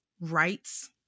rights